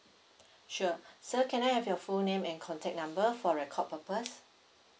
sure sir can I have your full name and contact number for record purpose